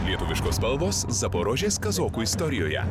lietuviškos spalvos zaporožės kazokų istorijoje